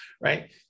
Right